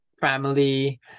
family